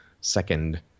Second